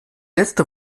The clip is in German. letzte